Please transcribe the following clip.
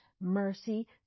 mercy